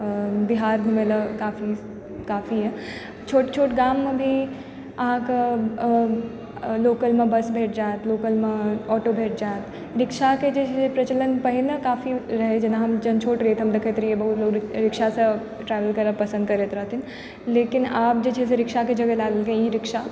बिहार घुमै लए काफी यऽ छोट छोट गाममे भी अहाँके लोकलमे बस भेट जाएत लोकलमे ऑटो भेट जाएत रिक्शाकेँ जे रहै प्रचलन पहिने काफी रहै जेना हम जहन छोट रही तऽ हम देखैत रही बहुत लोक रिक्शासँ ट्रेवल करब पसन्द करैत रहथिन लेकिन आब जे छै से रिक्शाकेँ जगह लए देलकै ई रिक्शा